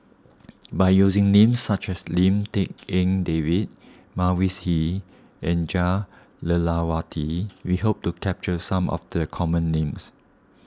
by using names such as Lim Tik En David Mavis Hee and Jah Lelawati we hope to capture some of the common names